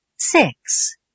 Six